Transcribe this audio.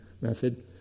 method